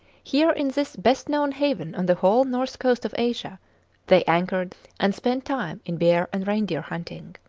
here in this best-known haven on the whole north coast of asia they anchored and spent time in bear and reindeer hunting.